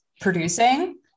producing